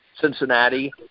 Cincinnati